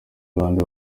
bande